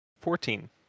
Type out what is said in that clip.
Fourteen